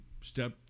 step